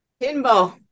Pinball